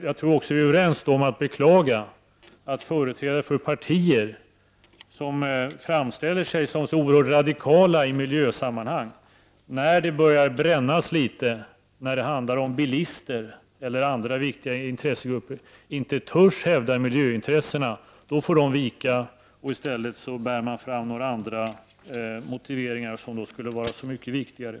Jag tror också att vi är överens om att beklaga att företrädare för partier som framställer sig som så oerhört radikala i miljösammanhang, inte törs hävda miljöintressena när det börjar brännas litet, när det handlar om bilister eller andra viktiga intressegrupper. Då får miljöhänsynen vika, och i stället bär man fram några andra motiveringar som skulle vara så mycket viktigare.